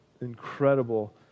incredible